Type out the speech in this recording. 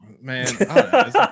Man